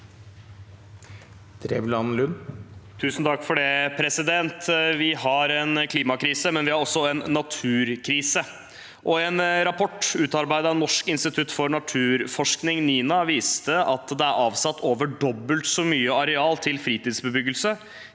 Drevland Lund (R) Vi har en kli- makrise, men vi har også en naturkrise. En rapport utarbeidet av Norsk institutt for naturforskning, NINA, viste at det er avsatt over dobbelt så mye areal til fritidsbebyggelse